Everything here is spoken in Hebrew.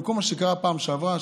במקום מה שקרה בפעם שעברה.